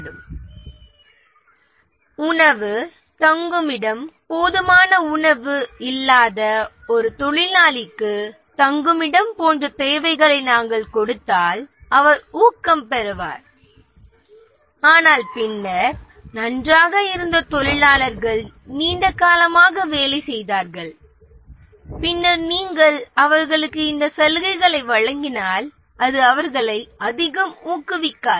தேவைகளின் வரிசைமுறையில் உணவு மற்றும் தங்கும் இடம் ஆகியவையுள்ளது தங்குமிடம் போதுமான உணவு இல்லாத ஒரு தொழிலாளிக்கு தங்குமிடம் போன்ற தேவைகளை நாம் கொடுத்தால் அவர் ஊக்கம் பெறுவார் ஆனால் பின்னர் நன்றாகவும் நீண்ட காலமாக வேலையில் இருப்பவர்களுக்கும் இந்த சலுகைகளை வழங்கினால் அது அவர்களை அதிகம் ஊக்குவிக்காது